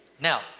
Now